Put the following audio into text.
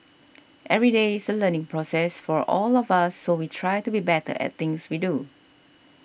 every day is a learning process for all of us so we try to be better at things we do